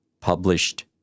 published